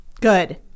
Good